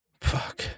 Fuck